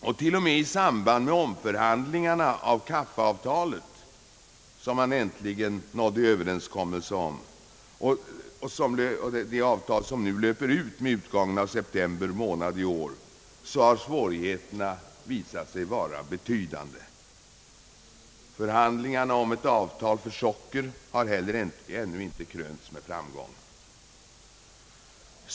Och t.o.m. i samband med omförhandlingarna om kaffeavtalet som man äntligen nådde överenskommelse om — det gäller det avtal som nu löper ut med utgången av september månad i år — har svårighe terna visat sig vara betydande. Förhandlingarna om ett avtal för socker har heller ännu inte krönts med framgång.